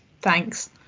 Thanks